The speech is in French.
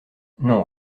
non